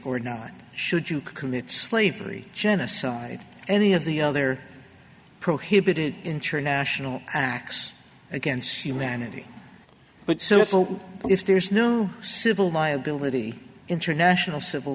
or not should you commit slavery genocide any of the other prohibited international acts against humanity but so it's ok if there's no civil liability international civil